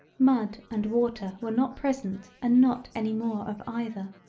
mud and water were not present and not any more of either.